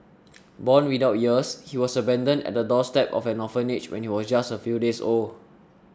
born without ears he was abandoned at the doorstep of an orphanage when he was just a few days old